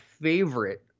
favorite